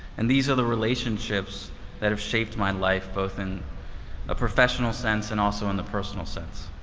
and these are the relationships that have shaped my life both in a professional sense and also in the personal sense.